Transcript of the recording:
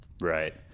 right